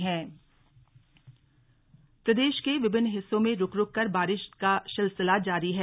मौसम प्रदेश के विभिन्न हिस्सों में रुक रुक कर बारिश का सिलसिला जारी है